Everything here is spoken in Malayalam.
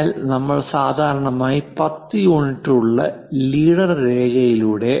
അതിനാൽ നമ്മൾ സാധാരണയായി 10 യൂണിറ്റുകളുള്ള ലീഡർ രേഖയിലൂടെ